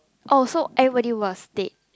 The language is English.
oh so everybody was dead